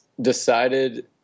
decided